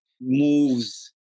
moves